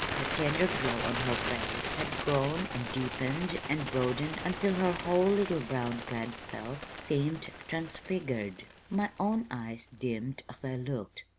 the tender glow on her face had grown and deepened and broadened until her whole little brown-clad self seemed transfigured. my own eyes dimmed as i looked.